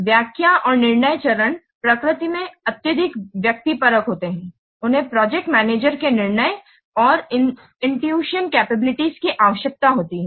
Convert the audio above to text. व्याख्या और निर्णय चरण प्रकृति में अत्यधिक व्यक्तिपरक होते हैं उन्हें प्रोजेक्ट मैनेजर के निर्णय और इंटुइशन कैपेबिलिटीज की आवश्यकता होती है